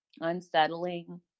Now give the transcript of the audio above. unsettling